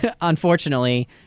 unfortunately